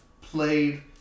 played